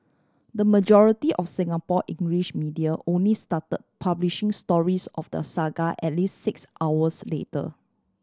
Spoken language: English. the majority of Singapore English media only start publishing stories of the saga at least six hours later